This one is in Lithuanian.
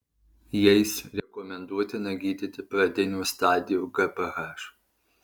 jais rekomenduotina gydyti pradinių stadijų gph